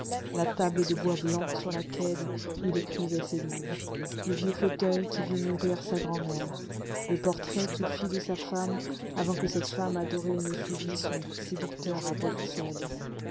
la table de bois blanc sur laquelle il écrivait ses livres le vieux fauteuil qui vit mourir sa grand'mère le portrait qu'il fit de sa femme avant que cette femme adorée ne suivît son séducteur à bruxelles